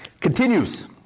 Continues